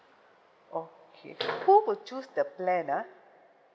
okay who would choose the plan ah